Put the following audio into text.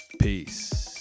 Peace